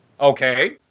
Okay